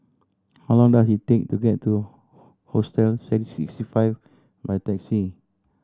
how long does it take to get to Hostel Sixty Five by taxi